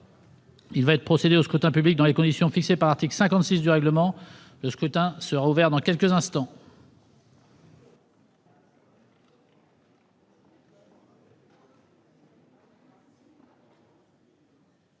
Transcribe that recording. Il va être procédé au scrutin dans les conditions fixées par l'article 56 du règlement. Le scrutin est ouvert. Personne ne demande